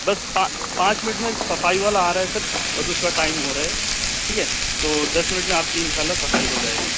بس پانچ منٹ میں صفائی والا آ رہا ہے سر بس اس کا ٹائم ہو رہا ہے ٹھیک ہے تو دس منٹ میں آپ کی ان شاء اللہ صفائی ہو جائے گی